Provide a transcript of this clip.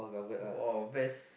!woah! best